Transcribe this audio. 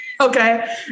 Okay